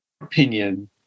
opinion